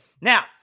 Now